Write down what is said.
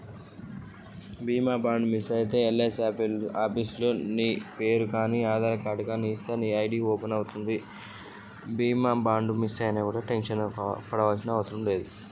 బీమా bond miss అయితే ఏం చేయాలి?